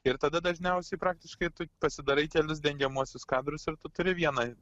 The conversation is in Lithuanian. ir tada dažniausiai praktiškai tu pasidarai kelis dengiamuosius kadrus ir tu turi vieną